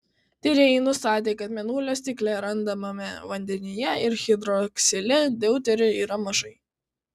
tyrėjai nustatė kad mėnulio stikle randamame vandenyje ir hidroksile deuterio yra mažai